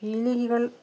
പീലികൾ